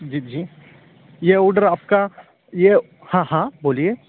जी जी ये ऑर्डर आपका ये हाँ हाँ बोलिए